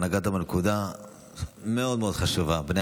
אתה נגעת בנקודה מאוד מאוד חשובה: בני